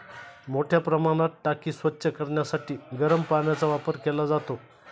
मोठ्या प्रमाणात टाकी स्वच्छ करण्यासाठी गरम पाण्याचा वापर केला जातो